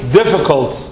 difficult